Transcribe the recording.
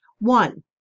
one